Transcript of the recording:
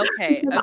okay